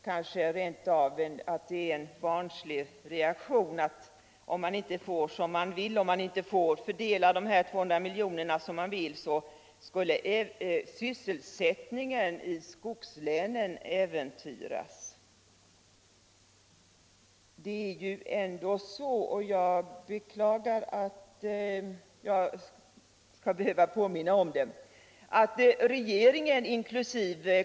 Kanske det rent av är en barnslig reaktion — om man inte får fördela de här 200 miljonerna såsom man vill, skulle sysselsättningen i skogslänen äventyras. Det är ju ändå så — jag beklagar att jag skall behöva påminna om det — att regeringen inkl.